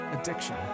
addiction